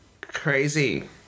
crazy